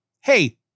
hey